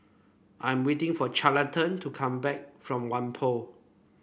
I am waiting for Carleton to come back from Whampoa